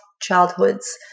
childhoods